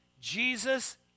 Jesus